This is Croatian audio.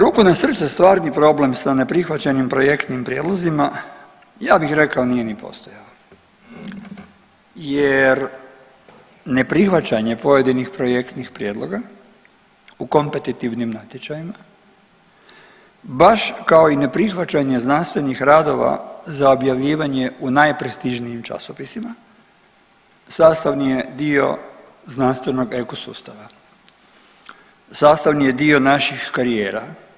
Ruku na srce stvarni problem sa neprihvaćanjem projektnim prijedlozima ja bih rekao nije ni postojao jer neprihvaćanje pojedinih projektnih prijedloga u kompetitivnim natječajima baš kao i ne prihvaćanje znanstvenih radova za objavljivanje u najprestižnijim časopisima sastavni je dio znanstvenog eko sustava, sastavni je dio naših karijera.